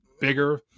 bigger